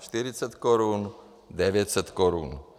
Čtyřicet korun devět set korun.